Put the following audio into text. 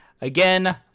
Again